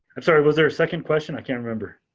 i'm sorry, was there a second question, i can't remember.